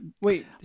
Wait